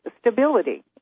stability